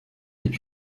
est